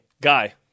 Guy